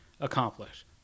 accomplish